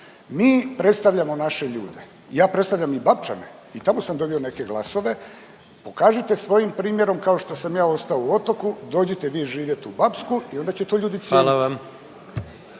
mi predstavljamo naše ljude, ja predstavljam i Bapčane i tamo sam dobio neke glasove. Pokažite svojim primjerom kao što sam ja ostao u Otoku dođite vi živjeti u Bapsku i onda će to ljudi cijeniti.